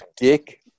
dick